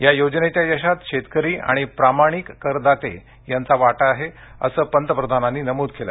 या योजनेच्या यशात शेतकरी आणि प्रामाणिक करदाते यांचा वाटा आहे असं पंतप्रधान म्हणाले